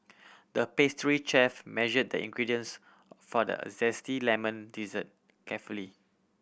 the pastry chef measured the ingredients for the zesty lemon dessert carefully